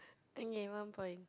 okay one point